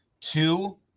Two